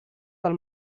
dal